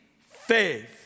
faith